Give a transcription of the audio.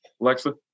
Alexa